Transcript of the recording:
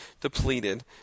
depleted